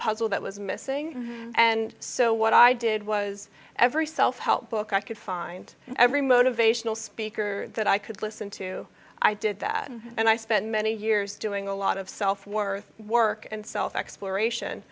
puzzle that was missing and so what i did was every self help book i could find every motivational speaker that i could listen to i did that and i spent many years doing a lot of self worth work and self exploration